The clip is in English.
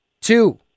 two